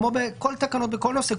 כמו בכל התקנות בכל נושא,